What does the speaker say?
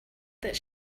that